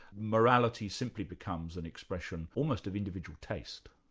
morality simply becomes an expression almost of individual taste.